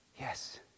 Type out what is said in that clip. yes